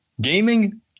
Gaming